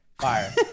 Fire